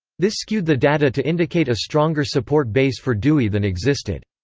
this skewed the data to indicate a stronger support base for dewey than existed.